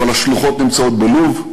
אבל השלוחות נמצאות בלוב,